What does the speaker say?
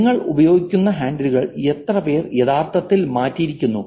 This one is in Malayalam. നിങ്ങൾ ഉപയോഗിക്കുന്ന ഹാൻഡിലുകൾ എത്ര പേർ യഥാർത്ഥത്തിൽ മാറ്റിയിരിക്കുന്നു